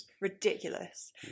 ridiculous